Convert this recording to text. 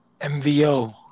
MVO